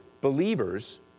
believers